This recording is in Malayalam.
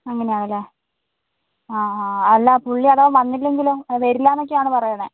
അങ്ങനെയാണല്ലേ ആ ആ അല്ല പുള്ളി അഥവാ വന്നില്ലെങ്കിലോ വരില്ലാന്നൊക്കെയാണ് പറയണത്